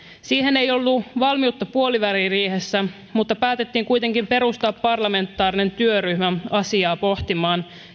siihen ei ollut valmiutta puoliväliriihessä mutta päätettiin kuitenkin perustaa parlamentaarinen työryhmä asiaa pohtimaan